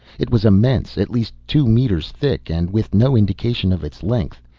it was immense, at least two meters thick and with no indication of its length.